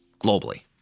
globally